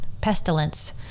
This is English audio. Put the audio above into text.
pestilence